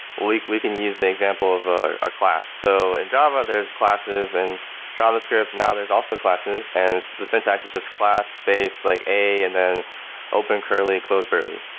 we we can use the example of a class. in so and java, there's classes, and javascript now there's also classes, and the syntax is just class space, like a and then open curly, and close curly.